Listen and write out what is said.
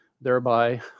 thereby